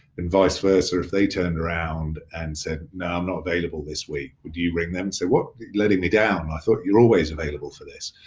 and vice versa if they turned around and said, no, i'm not available this week, would you ring them and say, what? you're letting me down. i thought you're always available for this.